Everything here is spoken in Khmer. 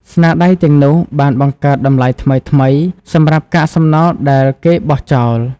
ស្នាដៃទាំងនោះបានបង្កើតតម្លៃថ្មីៗសម្រាប់កាកសំណល់ដែលគេបោះចោល។